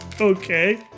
okay